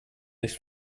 this